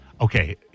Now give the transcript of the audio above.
okay